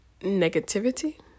negativity